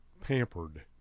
Pampered